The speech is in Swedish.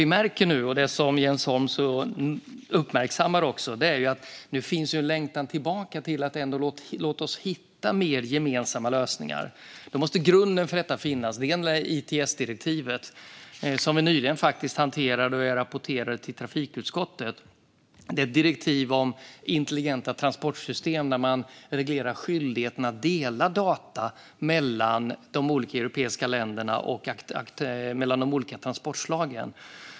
Vi märker dock nu det som Jens Holm uppmärksammar, det vill säga att det finns en längtan tillbaka till att vi ska hitta fler gemensamma lösningar. Då måste grunden för detta finnas. En sak här är ITS-direktivet, som vi nyligen hanterade och som jag rapporterade om till trafikutskottet. Det är ett direktiv om intelligenta transportsystem där man reglerar skyldigheten att dela data mellan de olika europeiska länderna och de olika transportslagen.